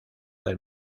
del